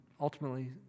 ultimately